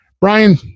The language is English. Brian